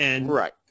Right